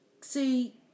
See